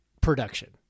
production